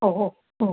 ഓ ഓ ഓ